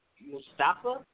Mustafa